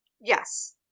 Yes